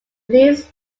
least